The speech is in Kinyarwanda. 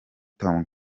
tom